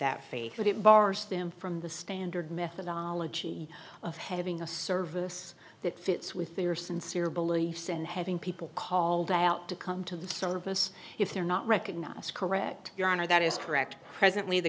that faith but it bars them from the standard methodology of having a service that fits with their sincere beliefs and having people called out to come to the service if they're not recognized correct your honor that is correct presently the